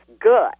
good